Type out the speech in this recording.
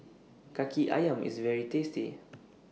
Kaki Ayam IS very tasty